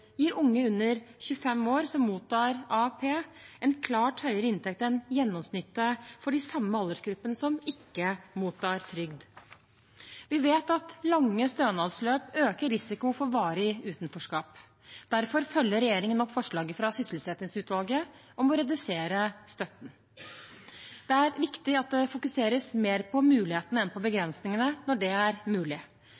gir unge under 25 år som mottar AAP, en klart høyere inntekt enn gjennomsnittet for dem i den samme aldersgruppen som ikke mottar trygd. Vi vet at lange stønadsløp øker risikoen for varig utenforskap. Derfor følger regjeringen opp forslaget fra Sysselsettingsutvalget om å redusere støtten. Det er viktig at det fokuseres mer på mulighetene enn på